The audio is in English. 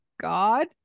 God